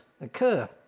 occur